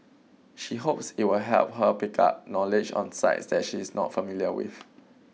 she hopes it will help her pick up knowledge on sites that she is not familiar with